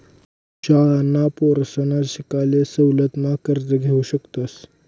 शाळांना पोरसना शिकाले सवलत मा कर्ज घेवू शकतस